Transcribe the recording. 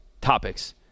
topics